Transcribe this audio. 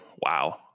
Wow